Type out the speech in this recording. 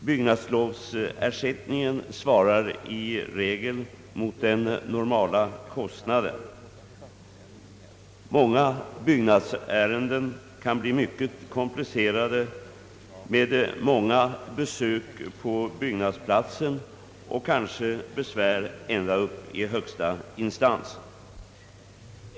Byggnadslovsersättningen svarar i regel mot den normala kostnaden. Många byggnadsärenden kan bli mycket komplicerade med upprepade besök på byggnadsplatsen och med besvärsfrågor kanske till högsta instans.